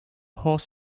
horse